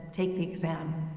take the exam.